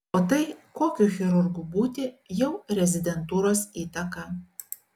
o tai kokiu chirurgu būti jau rezidentūros įtaka